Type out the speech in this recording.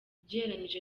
ugereranyije